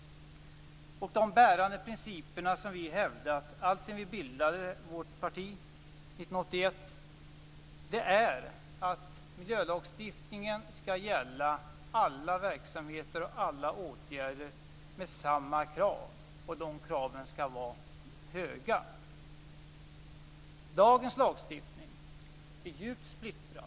En av dessa bärande principer, som vi har hävdat alltsedan vi bildade vårt parti 1981, är att miljölagstiftningen skall gälla alla verksamheter och alla åtgärder med samma krav och att de kraven skall vara höga. Dagens lagstiftning är djupt splittrad.